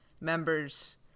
members